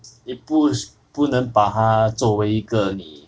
也不不能把它作为一个你